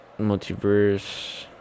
multiverse